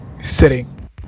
sitting